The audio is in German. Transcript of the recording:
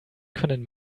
können